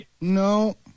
No